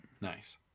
Nice